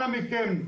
אנא מכם,